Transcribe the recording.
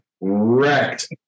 wrecked